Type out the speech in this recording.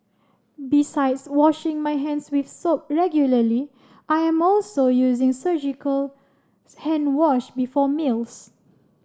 besides washing my hands with soap regularly I am also using surgical hand wash before meals